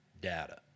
data